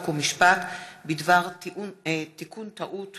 חוק ומשפט בדבר תיקון טעות